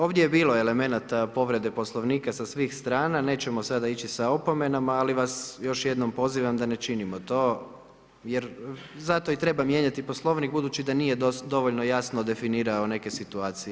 Ovdje je bilo elemenata povrede Poslovnika sa svih strana, nećemo sada ići sa opomenama, ali vas još jednom pozivam, da ne činimo to, zato i treba mijenjati Poslovnik, budući da nije dovoljno jasno definirao neke situacije.